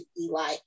Eli